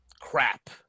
Crap